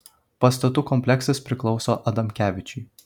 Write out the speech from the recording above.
pastatų kompleksas priklauso adamkevičiui